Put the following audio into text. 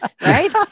right